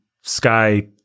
sky